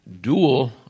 dual